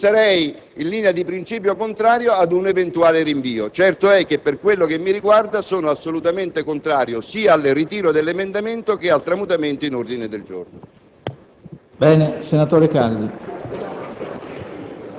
non sarei in linea di principio contrario ad un eventuale rinvio. Certo è che, per quanto mi riguarda, sono assolutamente contrario sia al ritiro dell'emendamento che alla sua trasformazione in ordine del giorno.